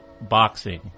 boxing